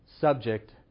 subject